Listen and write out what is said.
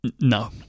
No